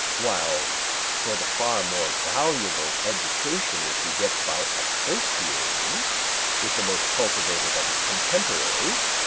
while for the far more valuable education which he gets by associating with the most cultivated of his contemporaries